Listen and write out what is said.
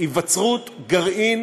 והיווצרות גרעין